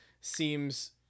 seems